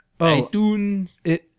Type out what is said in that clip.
Itunes